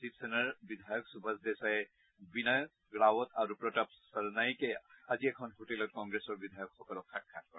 শিব সেনাৰ বিধায়ক সূভাষ দেশাই বিনায়ক ৰাৱত আৰু প্ৰতাপ সৰনাইকে আজি এখন হোটেলত কংগ্ৰেছৰ বিধায়কসকলক সাক্ষাৎ কৰে